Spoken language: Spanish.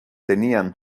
tenían